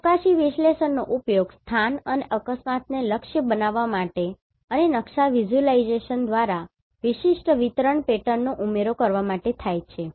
અવકાશી વિશ્લેષણનો ઉપયોગ સ્થાન અને અકસ્માતને લક્ષ્ય બનાવવા અને નકશા વિઝ્યુલાઇઝેશન દ્વારા વિશિષ્ટ વિતરણ પેટર્નનો ઉમેરો કરવા માટે થાય છે